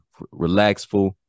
Relaxful